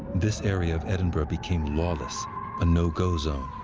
this area of edinburgh became lawless a no-go zone.